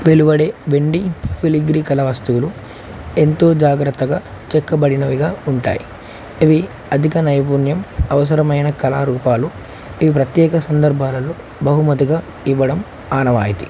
వెలువడే వెండి ఫిలిగ్ర కళ వస్తువులు ఎంతో జాగ్రత్తగా చెక్కబడినవిగా ఉంటాయి ఇవి అధిక నైపుణ్యం అవసరమైన కళారూపాలు ఇవి ప్రత్యేక సందర్భాలలో బహుమతిగా ఇవ్వడం ఆనవాయితి